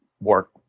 work